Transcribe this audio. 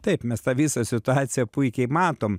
taip mes tą visą situaciją puikiai matom